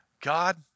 God